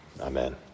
Amen